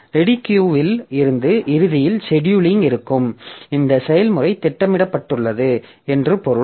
ready queue இல் இருந்து இறுதியில் செடியூலிங் இருக்கும் இந்த செயல்முறை திட்டமிடப்பட்டுள்ளது என்று பொருள்